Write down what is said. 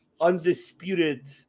undisputed